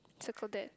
circle that